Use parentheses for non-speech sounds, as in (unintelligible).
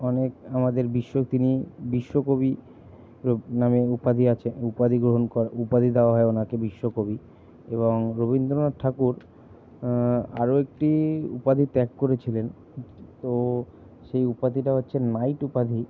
অনেক আমাদের বিশ্ব তিনি বিশ্বকবি (unintelligible) নামে উপাধি আছে উপাধি গ্রহণ করেন উপাধি দাওয়া হয় ওনাকে বিশ্বকবি এবং রবীন্দ্রনাথ ঠাকুর আরও একটি উপাধি ত্যাগ করেছিলেন তো সেই উপাধিটা হচ্ছে নাইট উপাধি